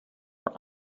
were